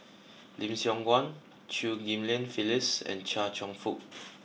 Lim Siong Guan Chew Ghim Lian Phyllis and Chia Cheong Fook